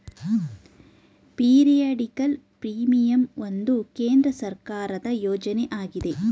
periodical premium ಒಂದು ಕೇಂದ್ರ ಸರ್ಕಾರದ ಯೋಜನೆ ಆಗಿದೆ